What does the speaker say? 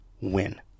win